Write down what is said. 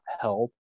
help